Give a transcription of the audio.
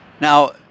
Now